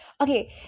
okay